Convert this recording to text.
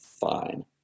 fine